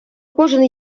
кожен